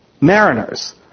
mariners